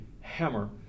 hammer